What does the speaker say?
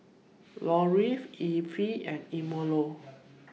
Lorri Effie and Emilio